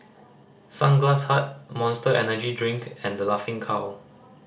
Sunglass Hut Monster Energy Drink and The Laughing Cow